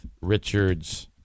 Richards